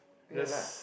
we were like